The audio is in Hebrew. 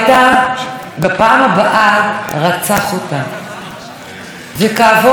וכעבור יומיים אנחנו שומעים שוב על רצח של אישה נוספת.